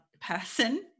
person